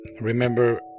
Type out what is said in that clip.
remember